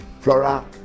Flora